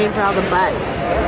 and for all the butts